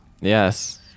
Yes